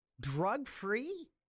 Drug-free